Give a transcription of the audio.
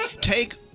Take